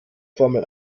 formel